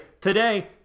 today